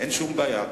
אין שום בעיה.